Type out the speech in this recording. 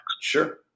Sure